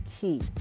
key